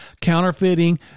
counterfeiting